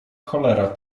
cholera